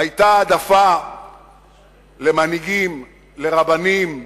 היתה העדפה למנהיגים, לרבנים,